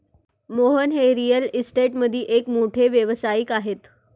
मोहन हे रिअल इस्टेटमधील एक मोठे व्यावसायिक आहेत